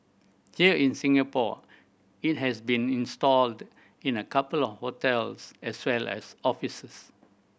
here in Singapore it has been installed in a couple of hotels as well as offices